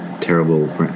terrible